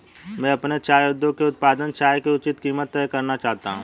मैं अपने चाय उद्योग से उत्पादित चाय की उचित कीमत तय करना चाहता हूं